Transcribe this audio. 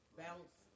bounce